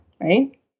right